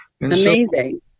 Amazing